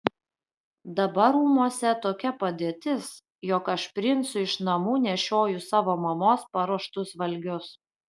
dabar rūmuose tokia padėtis jog aš princui iš namų nešioju savo mamos paruoštus valgius